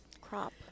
crop